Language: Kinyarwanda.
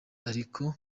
ariko